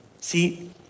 See